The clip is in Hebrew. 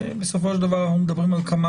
בסופו של דבר אנחנו מדברים על כמה